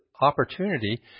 opportunity